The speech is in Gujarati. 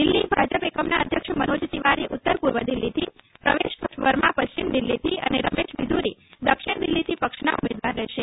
દિલ્હી ભાજપ એકમના અધ્યક્ષ મનોજ તિવારી ઉત્તરપૂર્વ દિલ્હીથી પ્રવેશવર્મા પશ્ચિમ દિલ્હીથી અને રમેશ બીધુરી દક્ષિણ દિલ્હીથી પક્ષના ઉમેદવાર રહેશે